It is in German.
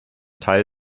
teil